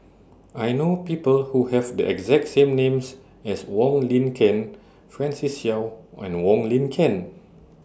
I know People Who Have The exact name as Wong Lin Ken Francis Seow and Wong Lin Ken